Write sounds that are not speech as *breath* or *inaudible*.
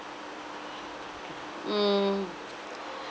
mm *breath*